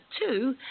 two